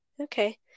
Okay